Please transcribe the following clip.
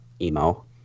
emo